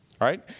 right